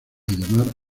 llamar